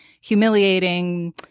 humiliating